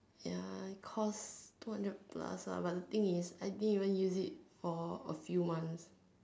ya it cost two hundred plus ah but the thing is I didn't even use it for a few months